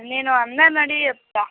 నేను అన్నని అడిగి చెప్తాను